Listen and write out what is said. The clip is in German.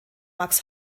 max